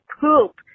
poop